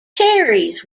cherries